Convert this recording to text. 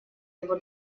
его